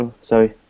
sorry